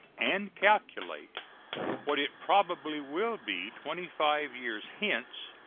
and calculate what it probably will be twenty-five years hence,